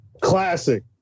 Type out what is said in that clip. Classic